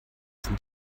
sind